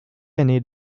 années